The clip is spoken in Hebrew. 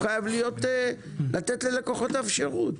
הוא חייב לתת ללקוחותיו שירות.